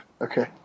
Okay